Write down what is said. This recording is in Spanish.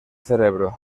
cerebro